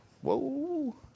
Whoa